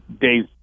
days